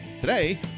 Today